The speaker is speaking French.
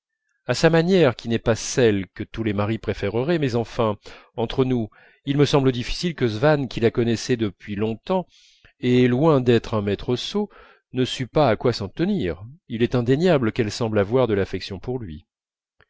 à sa manière qui n'est pas celle que tous les maris préféreraient mais enfin entre nous il me semble difficile que swann qui la connaissait depuis longtemps et est loin d'être un maître sot ne sût pas à quoi s'en tenir il est indéniable qu'elle semble avoir de l'affection pour lui